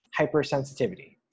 hypersensitivity